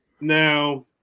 now